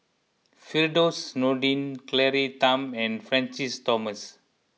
Firdaus Nordin Claire Tham and Francis Thomas